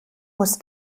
muss